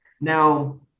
Now